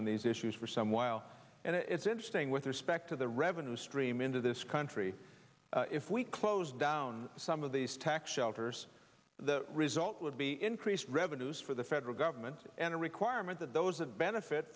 on these issues for some while and it's interesting with respect to the revenue stream into this country if we closed down some of these tax shelters the result would be increased revenues for the federal government and a requirement that those that benefit